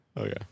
Okay